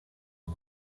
and